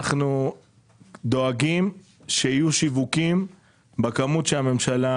אנחנו דואגים שיהיו שיווקים בכמות שהממשלה